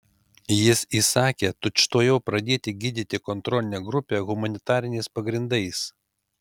jis įsakė tučtuojau pradėti gydyti kontrolinę grupę humanitariniais pagrindais